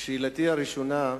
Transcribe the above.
שאלתי הראשונה: